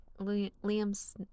Liam's